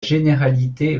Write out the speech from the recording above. généralité